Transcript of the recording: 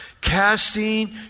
casting